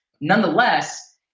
Nonetheless